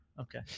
Okay